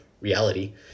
reality